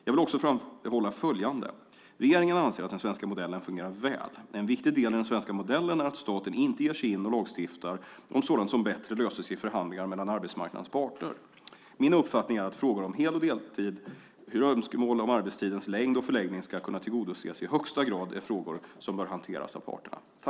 Jag vill också framhålla följande. Regeringen anser att den svenska modellen fungerar väl. En viktig del i den svenska modellen är att staten inte ger sig in och lagstiftar om sådant som bättre löses i förhandlingar mellan arbetsmarknadens parter. Min uppfattning är att frågor om hel och deltid, hur önskemål om arbetstidens längd och förläggning ska kunna tillgodoses i högsta grad är frågor som bör hanteras av parterna.